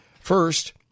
First